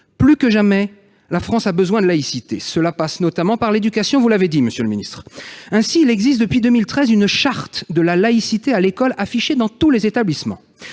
Plus que jamais, la France a besoin de laïcité. Cela passe notamment par l'éducation ; vous l'avez rappelé, monsieur le ministre. Ainsi, il existe depuis 2013 une charte de la laïcité à l'école qui est affichée dans tous les établissements.